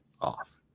off